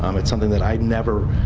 um it's something that i'd never.